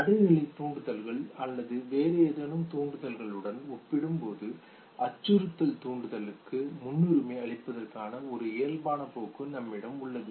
நடுநிலை தூண்டுதல்கள் அல்லது வேறு ஏதேனும் தூண்டுதல்களுடன் ஒப்பிடும்போது அச்சுறுத்தல் தூண்டுதல்களுக்கு முன்னுரிமை அளிப்பதற்கான ஒரு இயல்பான போக்கு நம்மிடம் உள்ளது